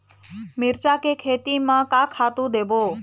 मिरचा के खेती म का खातू देबो?